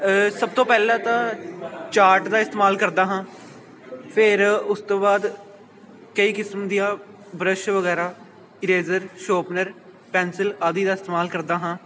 ਸਭ ਤੋਂ ਪਹਿਲਾਂ ਤਾਂ ਚਾਰਟ ਦਾ ਇਸਤੇਮਾਲ ਕਰਦਾ ਹਾਂ ਫਿਰ ਉਸ ਤੋਂ ਬਾਅਦ ਕਈ ਕਿਸਮ ਦੀਆਂ ਬਰਸ਼ ਵਗੈਰਾ ਈਰੇਜ਼ਰ ਸ਼ੋਪਨਰ ਪੈਂਸਿਲ ਆਦਿ ਦਾ ਇਸਤੇਮਾਲ ਕਰਦਾ ਹਾਂ